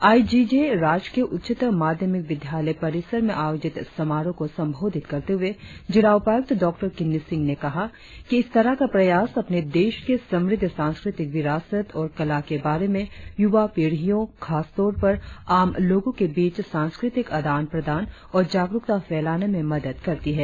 आई G J राजकीय उच्चतर माध्यमिक विद्यालय परिसर में आयोजित समारोह को संबोधित करते हुए जिला उपायुक्त डॉ किन्नी सिंह ने कहा कि इस तरह का प्रयास अपने देश के समृद्ध सांस्कृतिक विरासत और कला के बारे में युवा पीढ़ीओ खासतौर पर आम लोगो के बीच सांस्कृतिक आदान प्रदान और जागरुकता फैलाने में मदद करती है